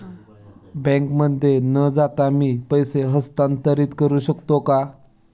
बँकेमध्ये न जाता मी पैसे हस्तांतरित करू शकतो का?